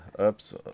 Oops